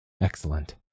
Excellent